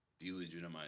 Delegitimize